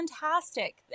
fantastic